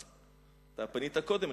אתה פנית קודם.